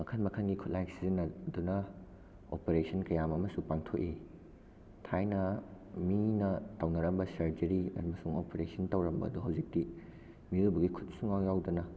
ꯃꯈꯜ ꯃꯈꯜꯒꯤ ꯈꯨꯠꯂꯥꯏ ꯁꯤꯖꯤꯟꯅꯗꯨꯅ ꯑꯣꯄꯔꯦꯁꯟ ꯀꯌꯥ ꯑꯃꯁꯨ ꯄꯥꯡꯊꯣꯛꯏ ꯊꯥꯏꯅ ꯃꯤꯅ ꯇꯧꯅꯔꯝꯕ ꯁꯔꯖꯔꯤ ꯑꯃꯁꯨꯡ ꯑꯣꯄꯔꯦꯁꯟ ꯇꯧꯔꯝꯕꯗꯨ ꯍꯧꯖꯤꯛꯇꯤ ꯃꯤꯑꯣꯏꯕꯒꯤ ꯈꯨꯠ ꯁꯨꯡꯌꯥꯎ ꯌꯥꯎꯗꯅ